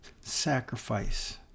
sacrifice